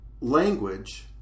language